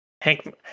Hank